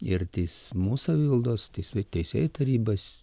ir teismų savivaldos teisėj teisėjų tarybos